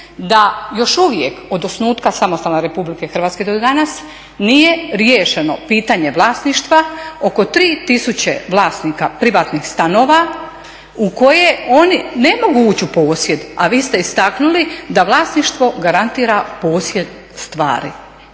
da još uvijek od osnutka samostalne Republike Hrvatske do danas nije riješeno pitanje vlasništva oko 3000 vlasnika privatnih stanova u koje oni ne mogu ući u posjed, a vi ste istaknuli da vlasništvo garantira posjed stvari